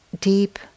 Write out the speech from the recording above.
deep